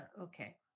Okay